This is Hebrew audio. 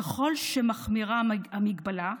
ככל שמחמירה המגבלה,